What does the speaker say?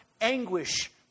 anguish